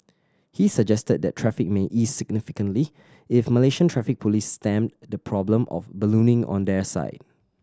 he suggested that traffic may ease significantly if Malaysian Traffic Police stemmed the problem of ballooning on their side